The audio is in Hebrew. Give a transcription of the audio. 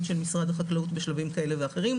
של משרד החקלאות בשלבים כאלה ואחרים.